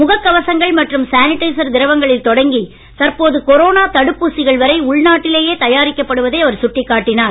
முகக் கவசங்கள் மற்றும் சானிடைசர் திரவங்களில் தொடங்கி தற்போது கொரோனா தடுப்பூசிகள் வரை உள்நாட்டிலேயே தயாரிக்கப்படுவதை அவர் சுட்டிக் காட்டினார்